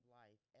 life